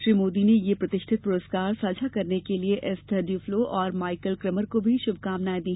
श्री मोदी ने यह प्रतिष्ठित पुरस्कार साझा करने के लिए एस्थर ड्युफ्लो और माइकल क्रेमर को भी शुभकामनाएं दी